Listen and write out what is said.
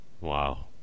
wow